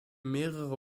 mehrere